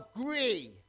agree